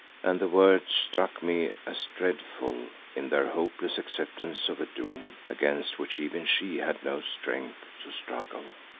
and the words struck me as dreadful in their hopeless acceptance of a doom against which even she had no strength to struggle.